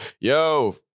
Yo